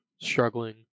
struggling